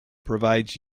provides